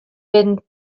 been